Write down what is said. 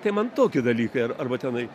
tai man tokie dalykai arba tenai